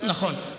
נכון.